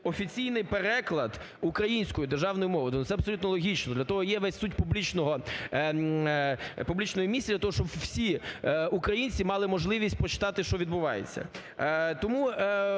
офіційний переклад українською державною мовою. Це абсолютно логічно, для того є вся суть публічної місії для того, щоб всі українці мали можливість почитати, що відбувається.